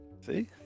See